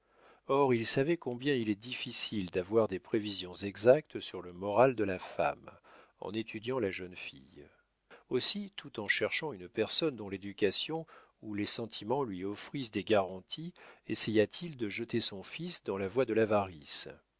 or il savait combien il est difficile d'avoir des prévisions exactes sur le moral de la femme en étudiant la jeune fille aussi tout en cherchant une personne dont l'éducation ou les sentiments lui offrissent des garanties essaya-t-il de jeter son fils dans la voie de l'avarice